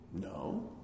No